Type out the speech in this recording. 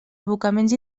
abocaments